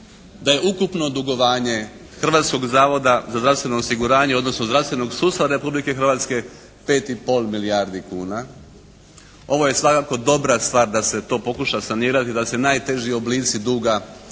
da je ukupno dugovanje Hrvatskog zavoda za zdravstveno osiguranje odnosno zdravstvenog sustava Republike Hrvatske 5,5 milijardi kuna. Ovo je svakako dobra stvar da se to pokuša sanirati, da se najteži oblici duga